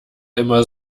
immer